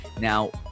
Now